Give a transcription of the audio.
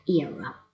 era